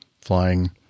flying